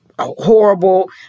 horrible